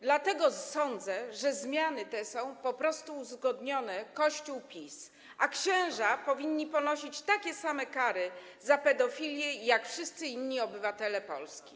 Dlatego sądzę, że zmiany te są po prostu uzgodnione, kościół - PiS, a księża powinni ponosić takie same kary za pedofilię jak wszyscy inni obywatele Polski.